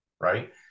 right